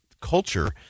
culture